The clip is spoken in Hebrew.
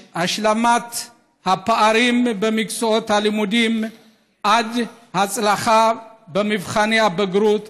בהשלמת הפערים במקצועות הלימודים עד הצלחה במבחני הבגרות,